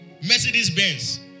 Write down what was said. Mercedes-Benz